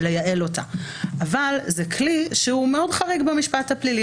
אבל זה כלי שהוא מאוד חריג במשפט הפלילי.